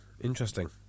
Interesting